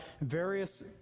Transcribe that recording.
various